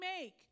make